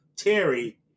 terry